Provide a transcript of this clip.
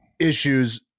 issues